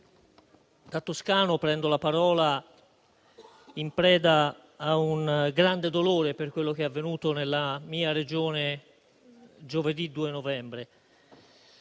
da toscano prendo la parola in preda a un grande dolore per quello che è avvenuto nella mia Regione giovedì 2 novembre.